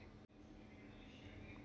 महिंद्रा ट्रॅक्टरवर ऑफर भेटेल का?